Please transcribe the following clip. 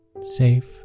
safe